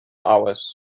hours